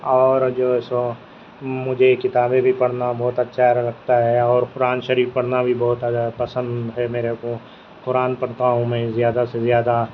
اور جو ہے سو مجھے کتابیں بھی پڑھنا بہت اچھا لگتا ہے اور قرآن شریف پڑھنا بھی بہت زیادہ پسند ہے میرے کو قرآن پڑھتا ہوں میں زیادہ سے زیادہ